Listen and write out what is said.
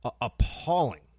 appalling